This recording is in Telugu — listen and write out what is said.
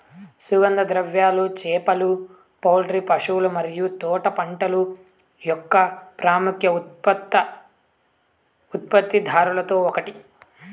సుగంధ ద్రవ్యాలు, చేపలు, పౌల్ట్రీ, పశువుల మరియు తోటల పంటల యొక్క ప్రముఖ ఉత్పత్తిదారులలో ఒకటి